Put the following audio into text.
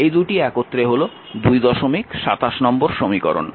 এই দুটি একত্রে হল 227 নম্বর সমীকরণ